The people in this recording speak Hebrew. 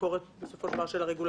הביקורת של הרגולטור.